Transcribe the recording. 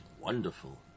wonderful